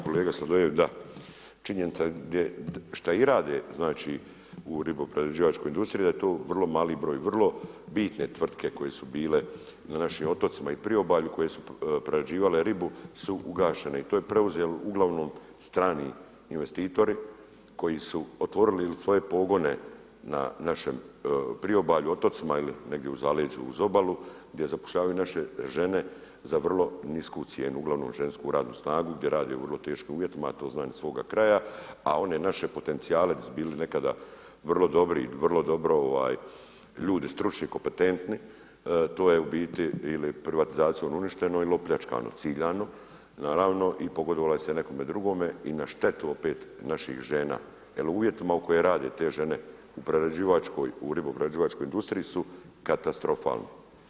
Kolega Sladoljev, da činjenica je šta i rade znači, u ribo-prerađivačkoj industriji da je to vrlo mali broj, vrlo bitne tvrtke koje su bile na našim otocima i priobalju, koje su prerađivale ribu su ugašene i to je preuzeo uglavnom strani investitori koji su otvorili ili svoje pogone na našem priobalju, otocima ili negdje u zaleđu uz obalu gdje zapošljavaju naše žene za vrlo nisku cijenu, uglavnom žensku radnu snagu gdje rade u vrlo teškim uvjetima a to znam iz svog kraja, a one naše potencijale di su bili nekada vrlo dobri, vrlo dobro ljudi stručni, kompetentni, to je u biti ili privatizacijom uništeno ili opljačkano ciganu, naravno i pogodovalo se nekome drugome i na štetu opet naših žena jer u uvjetima u kojima rade te žene, u ribo-prerađivačkoj industriji su katastrofalne.